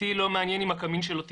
אותי לא מעניין אם הקמין שלו תקני.